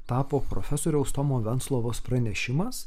tapo profesoriaus tomo venclovos pranešimas